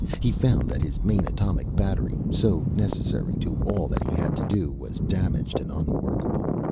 he found that his main atomic battery so necessary to all that he had to do was damaged and unworkable.